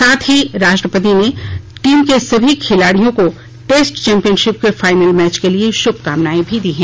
साथ ही राष्ट्रपति ने टीम के सभी खिलाडियों को टेस्ट चैंपियनशिप के फाइनल मैच के लिए शुभकामनाएं दीं